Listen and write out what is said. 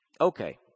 Okay